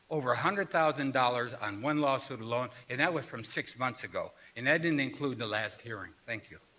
over one hundred thousand dollars on one lawsuit alone, and that was from six months ago, and that didn't include the last hearing. thank you.